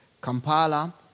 Kampala